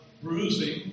bruising